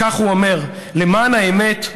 וכך הוא אומר: למען האמת,